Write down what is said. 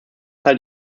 halte